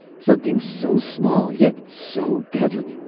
something so small yet so deadly,